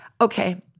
Okay